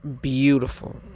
beautiful